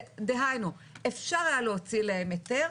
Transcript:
דהיינו אפשר היה להוציא להם היתר,